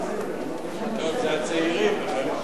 הלאומי (תיקון, נכה שהגיע לגיל פרישה),